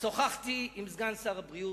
שוחחתי עם סגן שר הבריאות,